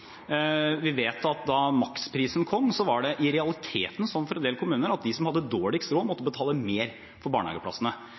Vi vet at da maksprisen kom, var det i realiteten slik for en del kommuner at de som hadde dårligst råd, måtte